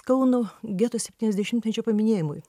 kauno geto septyniasdešimtmečio paminėjimui